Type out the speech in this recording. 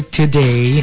today